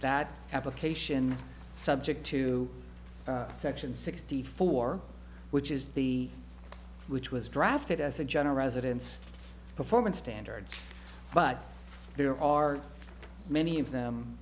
that application subject to section sixty four which is the which was drafted as a general rather dense performance standards but there are many of them